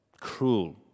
cruel